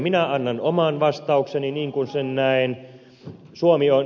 minä annan oman vastaukseni niin kuin sen näen